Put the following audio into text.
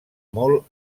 molt